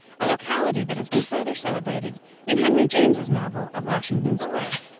a locality that has been further celebrated in henry james's novel of washington square.